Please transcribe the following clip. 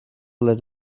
let